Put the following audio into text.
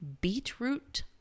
beetroot